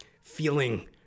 feeling